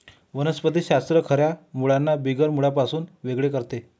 वनस्पति शास्त्र खऱ्या मुळांना बिगर मुळांपासून वेगळे करते